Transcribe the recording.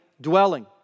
dwelling